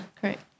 correct